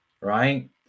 right